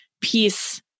peace